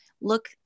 look